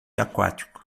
aquático